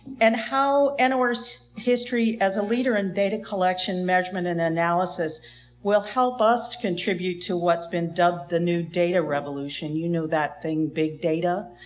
and how and norc's history as a leader in data collection management and analysis will help us contribute to what's been dubbed the new data revolution. you know that thing, big data.